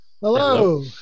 Hello